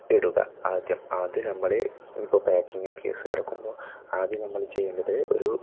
ഇടുക ആദ്യം ആദ്യം നമ്മൾ ഇപ്പം പാക്കിങ്ങ് കേസ് കിടക്കുമ്പോൾ ആദ്യം നമ്മൾ ചെയ്യേണ്ടത് ഒരു